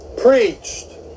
preached